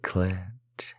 Clint